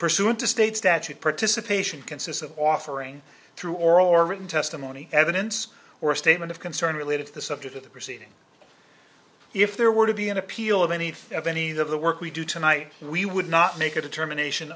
pursuant to state statute participation consists of offering through oral or written testimony evidence or a statement of concern related to the subject of the proceeding if there were to be an appeal of anything of any of the work we do tonight we would not make a determination